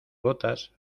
gotas